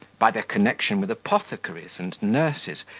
by their connection with apothecaries and nurses,